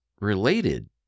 related